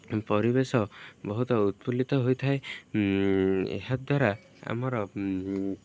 ପରିବେଶ ବହୁତ ଉତ୍ଫୁଲ୍ଲିତ ହୋଇଥାଏ ଏହାଦ୍ୱାରା ଆମର